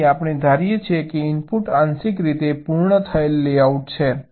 તેથી આપણે ધારીએ છીએ કે ઇનપુટ આંશિક રીતે પૂર્ણ થયેલ લેઆઉટ છે